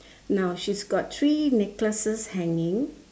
now she's got three necklaces hanging